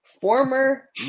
former